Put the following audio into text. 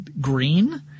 green